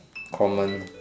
common